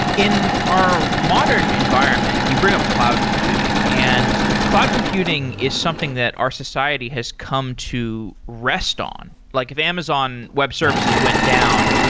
in our modern environment, you bring up cloud computing, and cloud computing is something that our society has come to rest on. like if amazon web services went down,